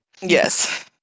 yes